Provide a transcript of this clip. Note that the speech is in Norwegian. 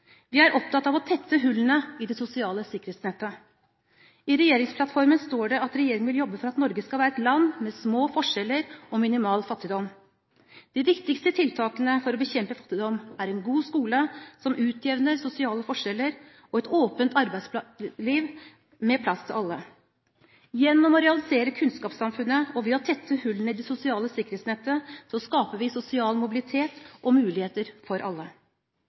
Vi er opptatt av å tette hullene i det sosiale sikkerhetsnettet. I regjeringsplattformen står det at regjeringen vil jobbe for at Norge skal være et land med små forskjeller og minimal fattigdom. De viktigste tiltakene for å bekjempe fattigdom er en god skole som utjevner sosiale forskjeller, og et åpent arbeidsliv med plass til alle. Gjennom å realisere kunnskapssamfunnet og ved å tette hullene i det sosiale sikkerhetsnettet skaper vi sosial mobilitet og muligheter for alle.